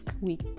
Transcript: week